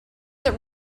that